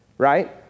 right